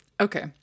Okay